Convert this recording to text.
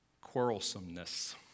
quarrelsomeness